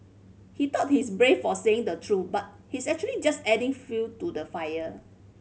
he thought he's brave for saying the truth but he's actually just adding fuel to the fire